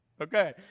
Okay